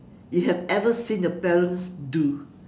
you have ever seen your parents do